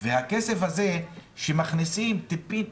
הכסף הזה שמכניסים טיפה טיפה,